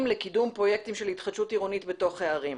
לקידום פרויקטים של התחדשותך עירונית בתוך הערים.